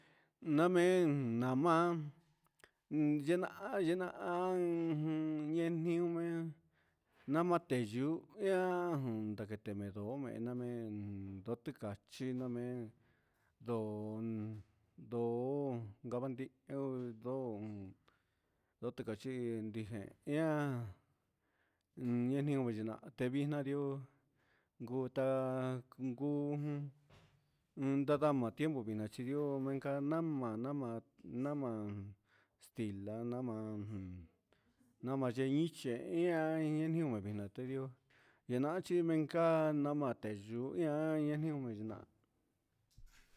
Namen nama'a, yena'a yena'a ujun ñee niuman ñama tendio ña'a jun namateme ndo ña'a mén ne dontikachi ñamen don do'o, notikachi ndijen ihá iha nakuniva tevixna ihó, nguta nguu unana tiempo kuche xherió inka nama nama nama estila nama, nama nichein yee ñaiin vixna nina te ihó chenka nika nama teyuu ian ñanii teña'a.